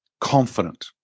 confident